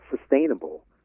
sustainable